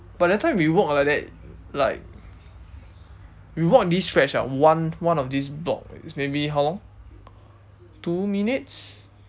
but that time we walk like that like we walk this stretch ah one one of this block is maybe how long two minutes